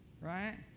right